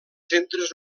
centres